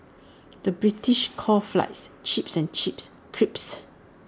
the British calls Fries Chips and Chips Crisps